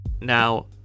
Now